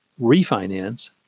refinance